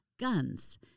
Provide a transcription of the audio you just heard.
Guns